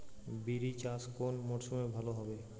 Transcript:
বিরি চাষ কোন মরশুমে ভালো হবে?